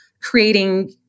creating